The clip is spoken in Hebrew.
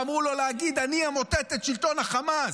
ואמרו לו להגיד: "אני אמוטט את שלטון החמאס"?